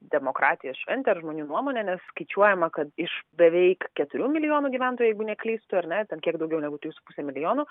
demokratijos šventę ar žmonių nuomonę nes skaičiuojama kad iš beveik keturių milijonų gyventojų jeigu neklystu ar ne ten kiek daugiau negu dviejų su puse milijonų